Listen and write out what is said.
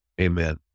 Amen